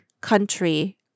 country